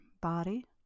body